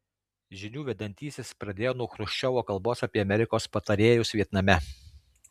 žinių vedantysis pradėjo nuo chruščiovo kalbos apie amerikos patarėjus vietname